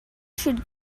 should